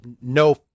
no